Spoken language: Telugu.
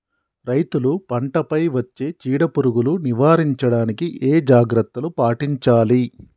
రైతులు పంట పై వచ్చే చీడ పురుగులు నివారించడానికి ఏ జాగ్రత్తలు పాటించాలి?